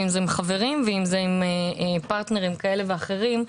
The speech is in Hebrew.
ואם זה מחברים ואם זה מפרטנרים כאלה או אחרים,